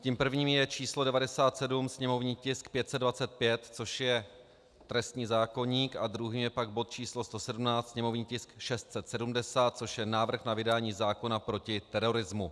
Tím prvním je č. 97, sněmovní tisk 525, což je trestní zákoník, a druhým je pak bod č. 117, sněmovní tisk 670, což je návrh na vydání zákona proti terorismu.